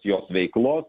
jos veiklos